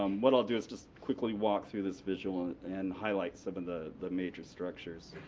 um what i'll do is just quickly walk through this visual and highlight some of the the major structures.